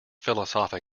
philosophic